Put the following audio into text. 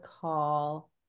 call